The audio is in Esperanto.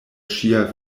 ŝia